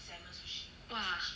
!wah!